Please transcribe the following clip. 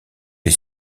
les